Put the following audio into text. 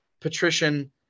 Patrician